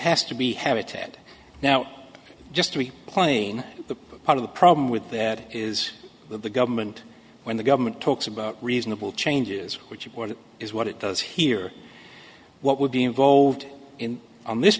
has to be habitat now just to be playing the part of the problem with that is that the government when the government talks about reasonable changes which is what it does here what would be involved in on this